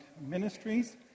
Ministries